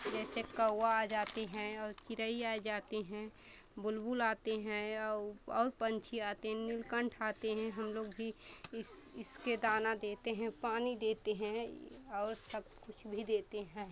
जैसे कव्वे आ जाते हैं और चिरई आइ जाते हैं बुलबुल आते हैं या ऊ और पंछी आते हैं नीलकंठ आते हैं हम लोग भी इस इसके दाना देते हैं पानी देते हैं ई और सब कुछ भी देते हैं